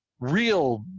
real